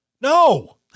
no